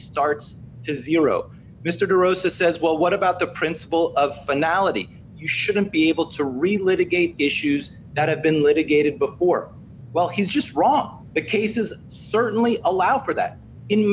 starts to zero mr derosa says well what about the principle of finality you shouldn't be able to relate again issues that have been litigated before well he's just wrong the cases certainly allow for that in